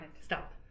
Stop